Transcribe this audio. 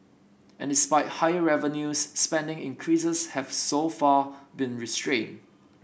and despite higher revenues spending increases have so far been restrained